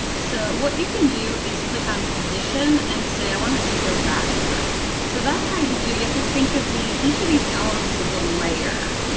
so what you can do is click on position and say i want it to go backward so that's how you do it. you have to think of the each of these elements as a layer.